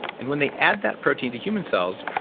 and when they add that protein to human cells,